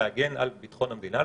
להגן על ביטחון המדינה,